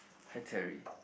hi Terry